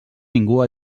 ningú